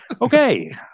Okay